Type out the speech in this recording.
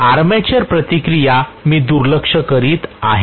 armature प्रतिक्रिया मी दुर्लक्ष करीत आहे